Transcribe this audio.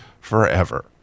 forever